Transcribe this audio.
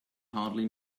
hardly